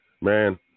Man